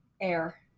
Air